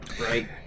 Right